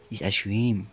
it's ice cream